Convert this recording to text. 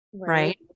Right